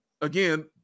again